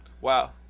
Wow